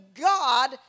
God